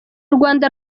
rwanda